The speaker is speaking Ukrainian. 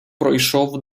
пройшов